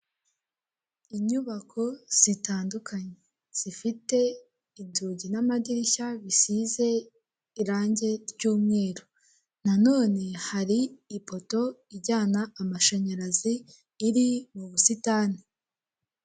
Inyubako zitandukanye, zifite inzugi n'amadirishya bisize irangi ry'umweru, nanone hari ipoto ijyana amashanyarazi, iri mu busitani.